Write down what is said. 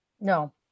No